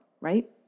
right